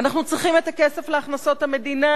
אנחנו צריכים את הכסף להכנסות המדינה,